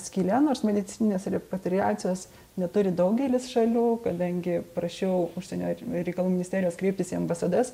skylė nors medicininės repatriacijos neturi daugelis šalių kadangi prašiau užsienio reikalų ministerijos kreiptis į ambasadas